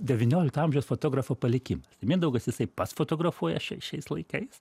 devyniolikto amžiaus fotografo palikimas mindaugas jisai pats fotografuoja šia šiais laikais